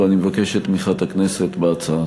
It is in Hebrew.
ואני מבקש את תמיכת הכנסת בהצעה.